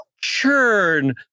Churn